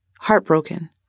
heartbroken